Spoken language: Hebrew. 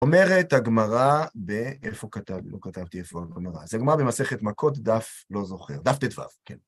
אומרת הגמרא ב... איפה כתבתי? לא כתבתי איפה, לא נראה. זה גמרא במסכת מכות דף, לא זוכר. דף ט"ו, כן.